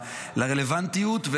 לרלוונטיות,